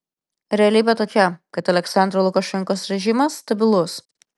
realybė tokia kad aliaksandro lukašenkos režimas stabilus